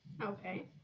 Okay